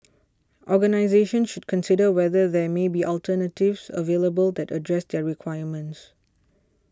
organisations should consider whether there may be alternatives available that address their requirements